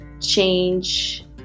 change